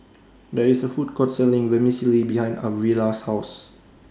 There IS A Food Court Selling Vermicelli behind Arvilla's House